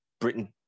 Britain